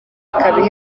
ikaba